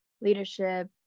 leadership